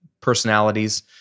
personalities